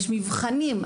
יש מבחנים.